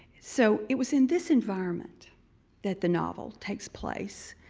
so it was in this environment that the novel takes place.